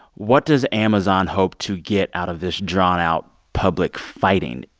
what does amazon hope to get out of this drawn-out public fighting?